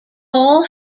paul